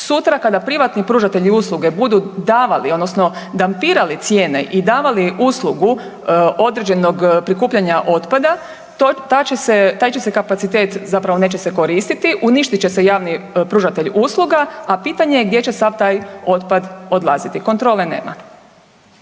Sutra kada privatni pružatelji usluge budu davali odnosno danpirali cijene i davali uslugu određenog prikupljanja otpada taj će se kapacitet, zapravo neće se koristiti. Uništit će se javni pružatelj usluga a pitanje je gdje će sav taj otpad odlaziti? Kontrole nema.